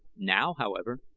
now, however,